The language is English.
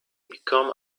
become